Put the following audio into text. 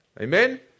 Amen